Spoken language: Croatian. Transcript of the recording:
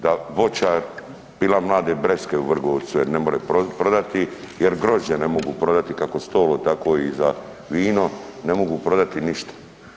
Da voćar pila mlade breskve u Vrgorcu jer ne more prodati, jer grožđe ne mogu prodati, kako stolno, tako i za vino, ne mogu prodati ništa.